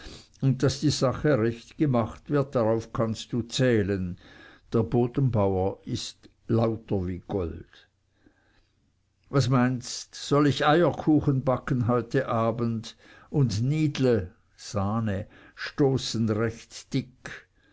und daß die sache recht gemacht wird darauf kannst du zählen der bodenbauer ist lauter wie gold was meinst soll ich eierkuchen backen heut abend und nidle stoßen recht dick